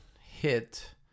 hit